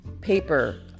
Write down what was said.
paper